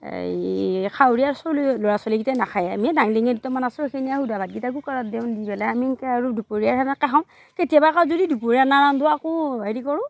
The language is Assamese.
এই খাৱৰীয়া ছলি ল'ৰা ছোৱালীকেইটাই নাখায়েই আমি এই ডাং ডিঙিয়া দুটামান আছো সেইখিনিয়ে শুদা ভাতকেইটা কুকাৰত দেওঁ দি পেলাই আমি সেনেকৈ আৰু দুপৰীয়া সেনেকৈ খাওঁ কেতিয়াবা আকৌ যদি দুপৰীয়া নাৰান্ধো আকৌ হেৰি কৰোঁ